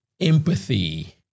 empathy